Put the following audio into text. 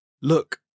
Look